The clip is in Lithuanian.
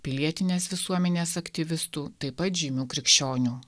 pilietinės visuomenės aktyvistų taip pat žymių krikščionių